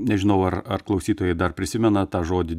nežinau ar ar klausytojai dar prisimena tą žodį